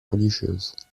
religieuses